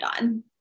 on